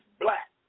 black